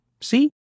See